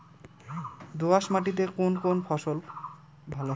দোঁয়াশ মাটিতে কোন কোন ফসল ভালো হয়?